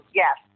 yes